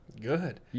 good